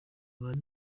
bari